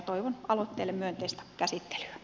toivon aloitteelle myönteistä käsittelyä